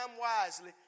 wisely